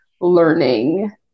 learning